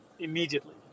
Immediately